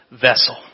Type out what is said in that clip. vessel